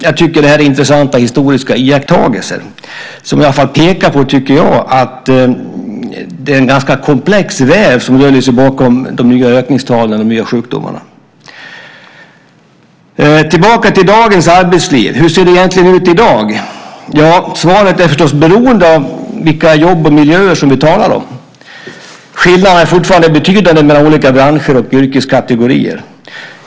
Jag tycker dock att det är intressanta historiska iakttagelser som i alla fall pekar på att det är en ganska komplex väv som döljer sig bakom de ökade sjuktalen och de nya sjukdomarna. Jag kommer så tillbaka till dagens arbetsliv. Hur ser det egentligen ut i dag? Svaret är förstås beroende av vilka jobb och miljöer vi talar om. Skillnaderna är fortfarande betydande mellan olika branscher och yrkeskategorier.